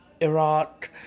Iraq